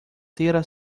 terra